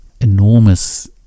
enormous